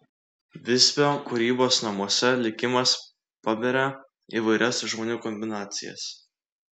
visbio kūrybos namuose likimas paberia įvairias žmonių kombinacijas